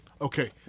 Okay